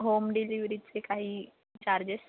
home डिलिव्हरीचे काही charges